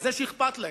על זה שאכפת להם,